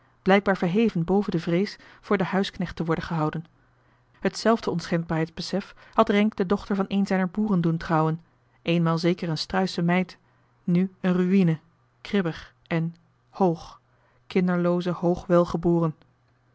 blijkbaar verheven boven de vrees voor den huisknecht te worden gehouden t zelfde onschendbaarheidsbesef had renck de dochter van een zijner boeren doen trouwen eenmaal zeker een struische meid nu een ruïne kribbig en hoog kinderlooze